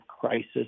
crisis